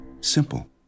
Simple